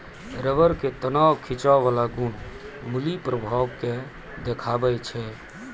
rubber के तनाव खिंचाव बाला गुण मुलीं प्रभाव के देखाबै छै